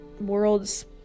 world's